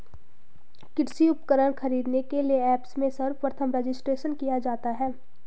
कृषि उपकरण खरीदने के लिए ऐप्स में सर्वप्रथम रजिस्ट्रेशन किया जाता है